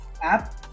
app